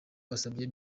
wasabye